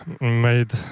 made